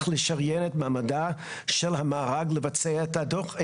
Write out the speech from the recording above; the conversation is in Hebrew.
לשריין את מעמדה של המארג לבצע את הדוח?